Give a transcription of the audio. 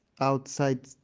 outside